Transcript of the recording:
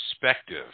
perspective